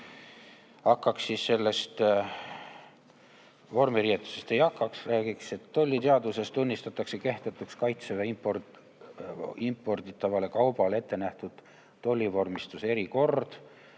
vormiriietusest ei hakkaks, räägiks, et tolliseaduses tunnistatakse kehtetuks Kaitseväe imporditavale kaubale ette nähtud tollivormistuse erikord.